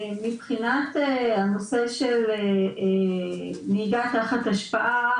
מבחינת הנושא של נהיגה תחת השפעה,